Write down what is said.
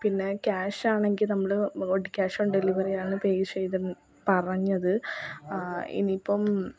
പിന്നെ ക്യാഷ് ആണെങ്കിൽ നമ്മൾ ക്യാഷ് ഓൺ ഡെലിവറിയാണ് പേ ചെയ്തു പറഞ്ഞത് ഇനിയിപ്പം